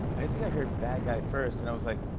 i think i heard bad guy first, and i was like,